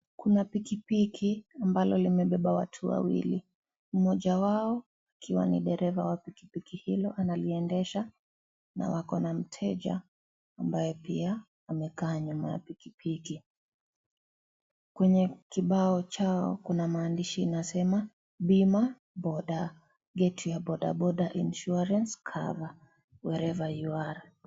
Kuna pikipiki ambalo limebeba watu wawili. Mmoja wao akiwa ni dereva wa pikipiki hilo analiendesha na wako na mteja ambaye pia amekaa nyuma ya pikipiki . Kwenye kibao Chao kuna maandishi inasema bima bodaa, {cs} get your bodaboda insurance cover wherever you are. {cs}